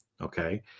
okay